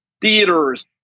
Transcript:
theaters